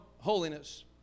Holiness